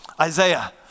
Isaiah